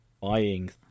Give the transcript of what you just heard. buying